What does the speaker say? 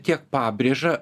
tiek pabrėža